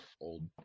old